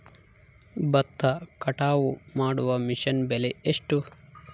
ಭತ್ತ ಕಟಾವು ಮಾಡುವ ಮಿಷನ್ ಬೆಲೆ ಎಷ್ಟು?